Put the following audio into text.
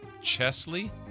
Chesley